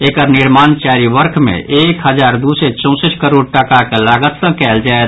एकर निर्माण चारि वर्ष मे एक हजार दू सय चौसठि करोड़ टाकाक लागत सँ कयल जायत